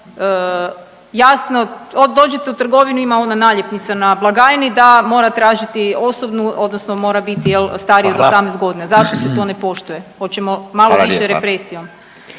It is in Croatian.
jasno, dođete u trgovinu, ima ona naljepnica na blagajni, da mora tražiti osobnu odnosno mora biti, je li, starija od 18 .../Upadica: Hvala./... godina. Zašto se to ne poštuje? Hoćemo malo više